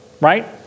right